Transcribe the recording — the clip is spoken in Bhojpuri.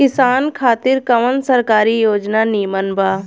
किसान खातिर कवन सरकारी योजना नीमन बा?